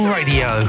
Radio